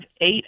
eight